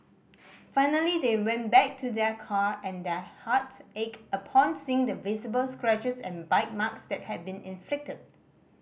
finally they went back to their car and their hearts ached upon seeing the visible scratches and bite marks that had been inflicted